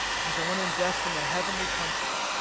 because i want to invest in the heavenly country